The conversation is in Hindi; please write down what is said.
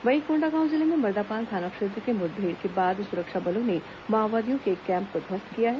वहीं कोंडागांव जिले के मर्दापाल थाना क्षेत्र में मुठभेड़ के बाद सुरक्षा बलों ने माओवादियों के एक कैम्प को ध्वस्त किया है